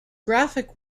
graphic